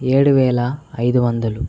ఏడువేల ఐదు వందలు